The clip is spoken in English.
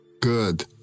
Good